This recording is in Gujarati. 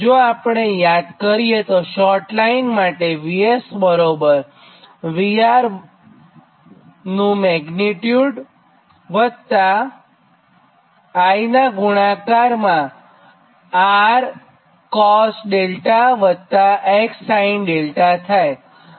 જો આપણે યાદ કરીએ તો શોર્ટ લાઇન માટે VS બરાબર VR વત્તા I નું મેગ્નીટ્યુડ નાં ગુણાકારમાં કૌંસમાં R cosδવત્તા X sinδ થાય